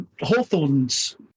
Hawthorne's